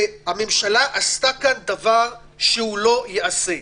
הממשלה עשתה כאן דבר שלא ייעשה.